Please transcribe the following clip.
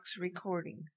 recording